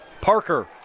Parker